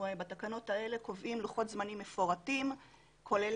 בתקנות האלה קובעים לוחות זמנים מפורטים כולל